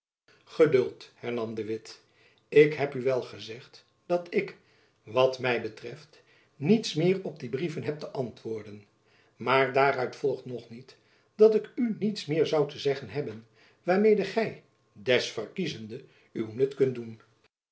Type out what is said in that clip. hernam de witt ik heb u wel gezegd dat ik wat my betreft niets meer op die brieven heb te antwoorden maar daaruit volgt nog niet dat ik u niets meer zoû te zeggen hebben waarmede gy des verkiezende uw nut kunt doen